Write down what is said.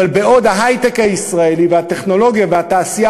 אבל בעוד ההיי-טק הישראלי והטכנולוגיה והתעשייה